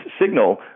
signal